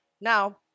Now